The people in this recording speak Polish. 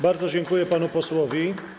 Bardzo dziękuję panu posłowi.